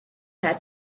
had